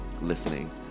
listening